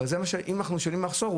אבל אם אנחנו מדברים על מחסור,